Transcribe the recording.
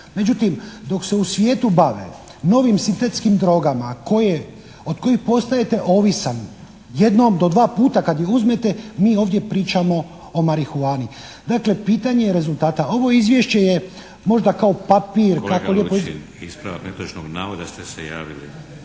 Međutim, dok se u svijetu bave novih sintetskim drogama koje, od kojih postajete ovisan jednom do dva puta kad ih uzmete mi ovdje pričamo o marihuani. Dakle, pitanje je rezultata. Ovo izvješće je možda kao papir … **Šeks,